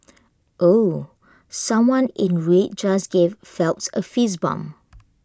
ooh someone in red just gave Phelps A fist bump